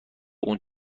اون